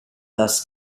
thus